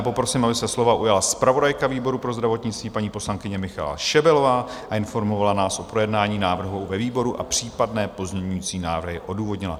Poprosím, aby se slova ujala zpravodajka výboru pro zdravotnictví, paní poslankyně Michaela Šebelová, a informovala nás o projednání návrhu ve výboru a případné pozměňovací návrhy odůvodnila.